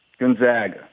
Gonzaga